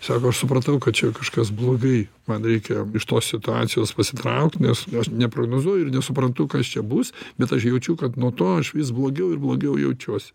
sako aš supratau kad čia kažkas blogai man reikia iš tos situacijos pasitraukti nes nes neprognozuoju ir nesuprantu kas čia bus bet aš jaučiu kad nuo to aš vis blogiau ir blogiau jaučiuosi